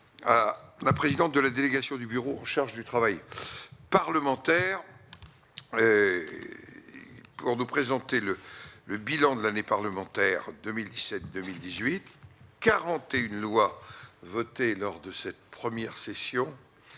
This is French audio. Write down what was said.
la présidente de la délégation du bureau en charge du travail parlementaire et pour nous présenter le le bilan de l'année parlementaire 2017, 2018 41 lois votées lors de cette première session